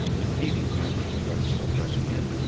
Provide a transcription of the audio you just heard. impeding the efforts of those still pressing in.